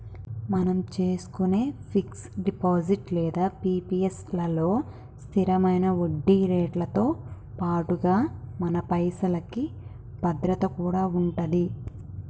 మనం చేసుకునే fix deposit లేదా పి.పి.ఎస్ లలో స్థిరమైన వడ్డీరేట్లతో పాటుగా మన పైసలకి భద్రత కూడా ఉంటది